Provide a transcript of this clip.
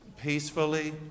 Peacefully